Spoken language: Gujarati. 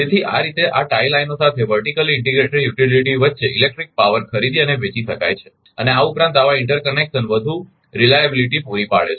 તેથી આ રીતે આ ટાઇ લાઇનો સાથે વર્ટિકલી ઇન્ટિગ્રેટેડ યુટિલિટી વચ્ચે ઇલેક્ટ્રિક પાવર ખરીદી અને વેચી શકાય છે અને આ ઉપરાંત આવા ઇન્ટરકનેક્શન વધુ વિશ્વસનીયતારીયાબીલીટી પૂરી પાડે છે